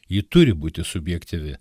ji turi būti subjektyvi